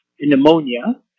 pneumonia